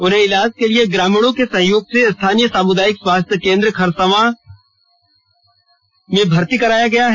उन्हें इलाज के लिए ग्रामीणों के सहयोग से स्थानीय सामुदायिक स्वास्थ्य केंद्र खरसावा भर्ती कराया गया है